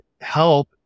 help